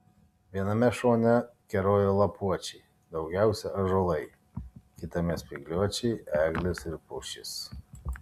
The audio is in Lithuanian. viename šone kerojo lapuočiai daugiausiai ąžuolai kitame spygliuočiai eglės ir pušys